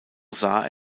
sah